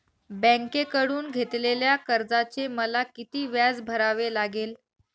बँकेकडून घेतलेल्या कर्जाचे मला किती व्याज भरावे लागेल?